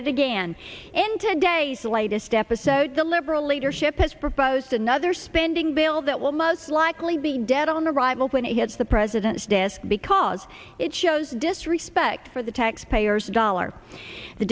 began in ten days the latest episode the liberal leadership has proposed another spending bill that will most likely be dead on arrival when it hits the president's desk because it shows disrespect for the taxpayers dollars the